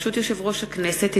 ברשות יושב-ראש הכנסת,